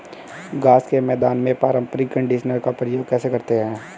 घास के मैदान में पारंपरिक कंडीशनर का प्रयोग कैसे करते हैं?